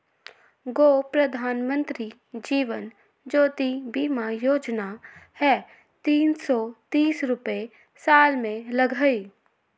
गो प्रधानमंत्री जीवन ज्योति बीमा योजना है तीन सौ तीस रुपए साल में लगहई?